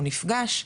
הוא נפגש,